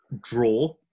draw